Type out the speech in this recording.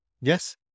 Yes